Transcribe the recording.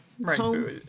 right